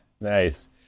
nice